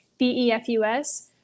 Befus